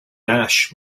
ash